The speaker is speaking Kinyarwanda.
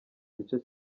gice